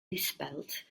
misspelled